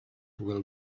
will